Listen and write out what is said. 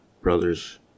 brothers